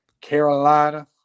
Carolina